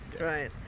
right